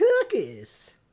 cookies